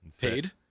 paid